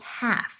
half